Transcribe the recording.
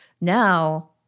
Now